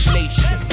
nation